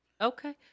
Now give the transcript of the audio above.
Okay